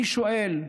אני שואל: